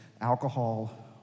alcohol